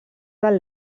del